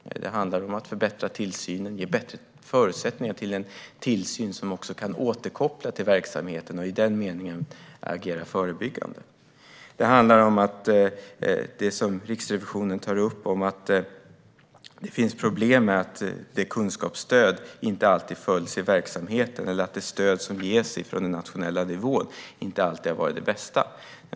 Det handlar om att förbättra tillsynen och ge bättre förutsättningar för en tillsyn som kan återkoppla till verksamheten och i den meningen fungera förebyggande. Det handlar, som Riksrevisionen tar upp, om problemet att kunskapsstödet inte alltid följs i verksamheten eller att det stöd som ges på nationell nivå inte alltid har varit det bästa.